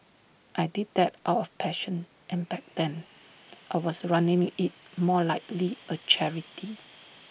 I did that out of passion and back then I was running IT more likely A charity